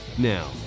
Now